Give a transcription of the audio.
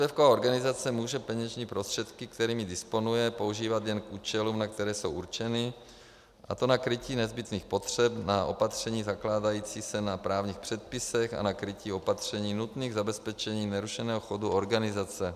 Státní příspěvková organizace může peněžní prostředky, kterými disponuje, používat jen k účelům, na které jsou určeny, a to na krytí nezbytných potřeb, na opatření zakládající se na právních předpisech a na krytí opatření nutných k zabezpečení nerušeného chodu organizace.